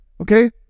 Okay